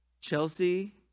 Chelsea